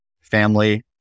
family